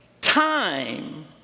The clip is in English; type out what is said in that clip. time